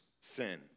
sin